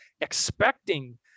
expecting